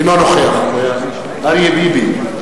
אינו נוכח אריה ביבי,